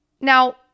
Now